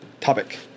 topic